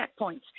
checkpoints